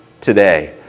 today